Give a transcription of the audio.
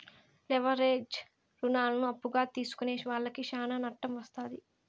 leverage రుణాలను అప్పుగా తీసుకునే వాళ్లకి శ్యానా నట్టం వత్తాది